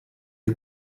die